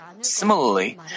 Similarly